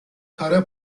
kara